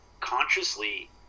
consciously